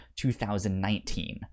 2019